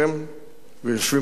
ויושבים פה חיילים,